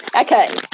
Okay